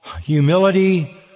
humility